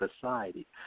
society